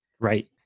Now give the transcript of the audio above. Right